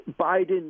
Biden